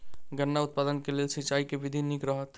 गन्ना उत्पादन केँ लेल सिंचाईक केँ विधि नीक रहत?